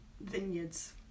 vineyards